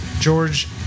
George